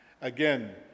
Again